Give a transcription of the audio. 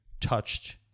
touched